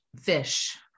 fish